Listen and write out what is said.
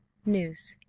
news.